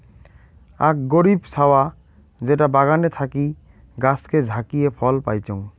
আক গরীব ছাওয়া যেটা বাগানে থাকি গাছকে ঝাকিয়ে ফল পাইচুঙ